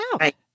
Right